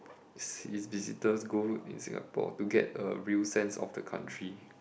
is visitors go in Singapore to get a real sense of the country